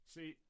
See